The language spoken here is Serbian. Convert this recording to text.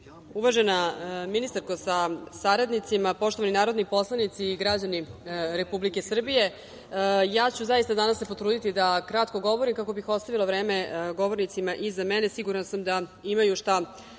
uvažena ministarko sa saradnicima, poštovani narodni poslanici i građani Republike Srbije, ja ću se danas zaista potruditi da kratko govorim, kako bih ostavila vreme govornicima iza mene, sigurna sam da imaju još